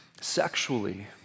sexually